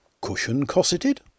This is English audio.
Cushion-cosseted